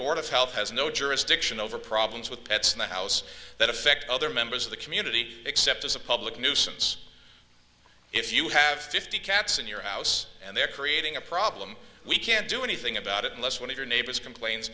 board of health has no jurisdiction over problems with pets in the house that affect other members of the community except as a public nuisance if you have fifty cats in your house and they're creating a problem we can't do anything about it unless one of your neighbors complains